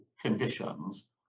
conditions